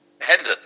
Hendon